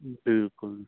बिलकुल